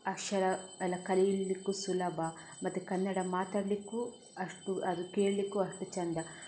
ಅಕ್ಷರ ಎಲ್ಲ ಕಲಿಯಲಿಕ್ಕೂ ಸುಲಭ ಮತ್ತು ಕನ್ನಡ ಮಾತಾಡಲಿಕ್ಕೂ ಅಷ್ಟು ಅದು ಕೇಳಲಿಕ್ಕೂ ಅಷ್ಟು ಚಂದ